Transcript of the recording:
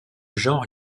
genre